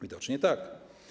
Widocznie tak.